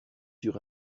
sur